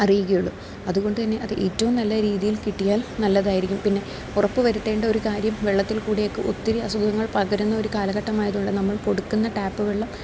അറിയുകയുള്ളു അതുകൊണ്ട് തന്നെ അത് ഏറ്റവും നല്ല രീതിയിൽ കിട്ടിയാൽ നല്ലതായിരിക്കും പിന്നെ ഉറപ്പ് വരുത്തേണ്ട ഒരു കാര്യം വെള്ളത്തിൽ കൂടിയൊക്കെ ഒത്തിരി അസുഖങ്ങൾ പകരുന്ന ഒരു കാലഘട്ടമായതുകൊണ്ട് നമ്മൾ കൊടുക്കുന്ന ടാപ്പ് വെള്ളം